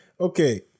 Okay